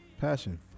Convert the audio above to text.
Passion